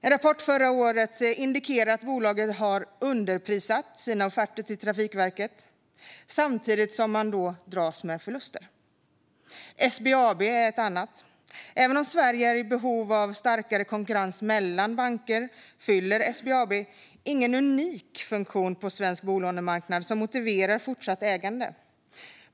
En rapport förra året indikerar att bolaget har underprissatt sina offerter till Trafikverket samtidigt som man dras med förluster. SBAB är ett annat bolag. Även om Sverige är i behov av starkare konkurrens mellan banker fyller SBAB ingen unik funktion på svensk bolånemarknad som motiverar fortsatt ägande.